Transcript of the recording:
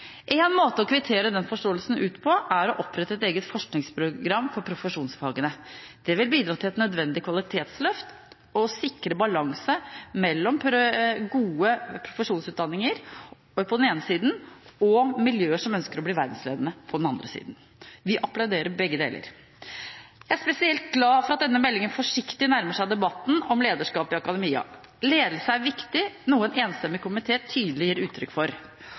En måte å kvittere den forståelsen ut på, er å opprette et eget forskningsprogram for profesjonsfagene. Det vil bidra til et nødvendig kvalitetsløft og sikre balanse mellom gode profesjonsutdanninger på den ene siden og miljøer som ønsker å bli verdensledende på den andre siden. Vi applauderer begge deler. Jeg er spesielt glad for at denne meldingen forsiktig nærmer seg debatten om lederskap i akademia. Ledelse er viktig, noe en enstemmig komité tydelig gir uttrykk for.